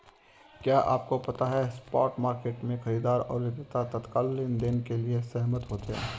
क्या आपको पता है स्पॉट मार्केट में, खरीदार और विक्रेता तत्काल लेनदेन के लिए सहमत होते हैं?